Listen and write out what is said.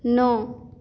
नौ